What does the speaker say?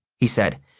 he said.